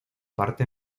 parte